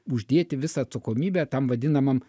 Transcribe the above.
uždėti visą atsakomybę tam vadinamam